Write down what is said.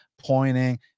pointing